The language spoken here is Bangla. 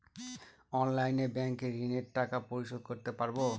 অনলাইনে ব্যাংকের ঋণের টাকা পরিশোধ করতে পারবো?